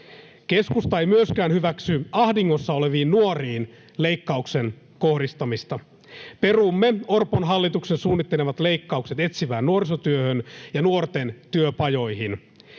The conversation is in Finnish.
Keskusta ei myöskään hyväksy leikkauksen kohdistamista ahdingossa oleviin nuoriin. Perumme Orpon hallituksen suunnittelemat leikkaukset etsivään nuorisotyöhön ja nuorten työpajoihin.